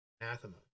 anathema